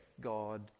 God